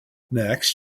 next